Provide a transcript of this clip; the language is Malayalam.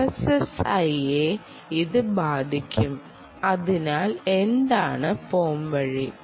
ആർഎസ്എസ്ഐയെ ഇത് ബാധിക്കും അതിനാൽ എന്താണ് പോംവഴി